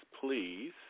please